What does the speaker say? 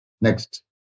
Next